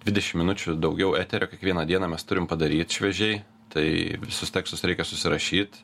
dvidešim minučių daugiau eterio kiekvieną dieną mes turim padaryt šviežiai tai visus tekstus reikia susirašyt